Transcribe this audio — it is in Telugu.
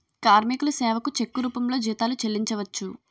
కార్మికుల సేవకు చెక్కు రూపంలో జీతాలు చెల్లించవచ్చు